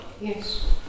Yes